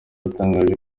yatangaje